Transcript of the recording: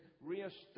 reestablish